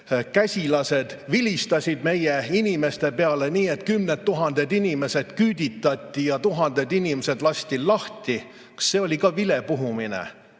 käsilased vilistasid meie inimeste peale, nii et kümned tuhanded inimesed küüditati ja tuhanded inimesed lasti lahti. Kas see oli vilepuhumine?